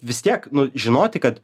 vis tiek nu žinoti kad